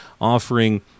offering